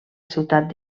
ciutat